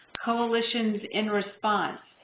coalitions in response.